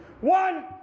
One